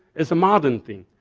it's a modern thing.